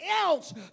else